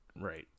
Right